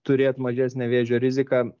turėt mažesnę vėžio riziką